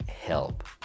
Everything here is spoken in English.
help